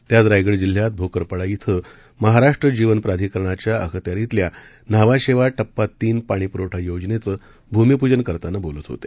ते आज रायगड जिल्ह्यात भोकरपाडा इथं महाराष्ट्र जीवन प्राधिकरणाच्या अखत्यारीतल्या न्हावाशेवा टप्पा तीन पाणी प्रवठा योजनेचं भूमिपूजन करताना बोलत होते